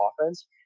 offense